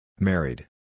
Married